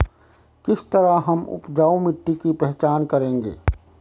किस तरह हम उपजाऊ मिट्टी की पहचान करेंगे?